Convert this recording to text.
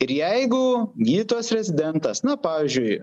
ir jeigu gydytojas rezidentas na pavyzdžiui